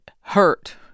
hurt